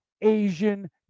Asian